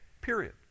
period